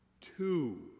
Two